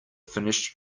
finished